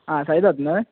आ साईदत्त न्हय